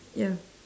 ya